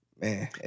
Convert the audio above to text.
man